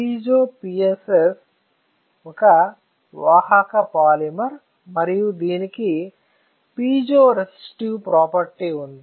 piezo PSS ఒక వాహక polymer మరియు దీనికి పీజోరెసిస్టివ్ ప్రాపర్టీ ఉంది